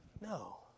No